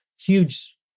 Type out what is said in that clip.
huge